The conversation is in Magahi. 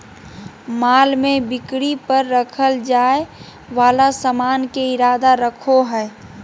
माल में बिक्री पर रखल जाय वाला सामान के इरादा रखो हइ